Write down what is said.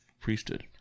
priesthood